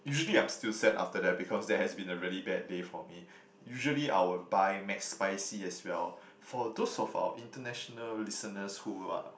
usually I'm still sad after that because that has been a really bad day for me usually I would buy McSpicy as well for those of our international listeners who are